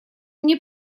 мне